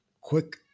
quick